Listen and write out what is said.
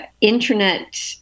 internet